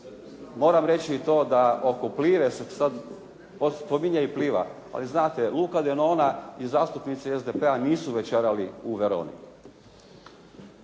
moram reći i to da oko “Plive“ sad, spominje i “Pliva“. Ali znate Luka Denona i zastupnici SDP-a nisu večerali u Veroni.